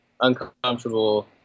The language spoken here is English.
uncomfortable